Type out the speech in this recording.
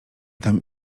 tam